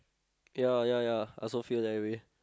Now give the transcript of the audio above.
ya ya ya I also feel that way